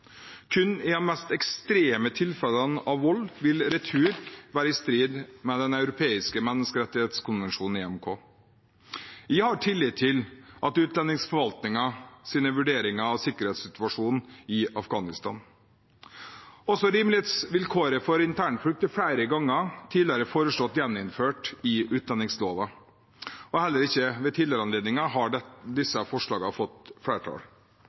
Kun i de mest ekstreme tilfellene av vold vil retur være i strid med Den europeiske menneskerettskonvensjon, EMK. Jeg har tillit til utlendingsforvaltningens vurderinger av sikkerhetssituasjonen i Afghanistan. Også rimelighetsvilkåret for internflukt er flere ganger tidligere foreslått gjeninnført i utlendingsloven. Heller ikke ved tidligere anledninger har disse forslagene fått flertall.